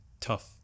tough